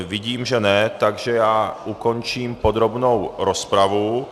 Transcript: Vidím, že ne, takže ukončím podrobnou rozpravu.